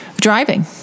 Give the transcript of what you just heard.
driving